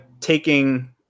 taking